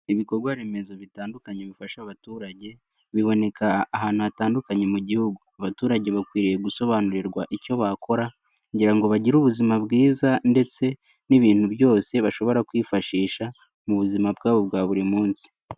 Ibikorwaremezo bitandukanye bifasha abaturage, biboneka ahantu hatandukanye mu gihugu. Abaturage bakwiriye gusobanurirwa icyo bakora, kugira ngo bagire ubuzima bwiza ndetse n'ibintu byose bashobora kwifashisha mu buzima bwabo bwa buri munsi.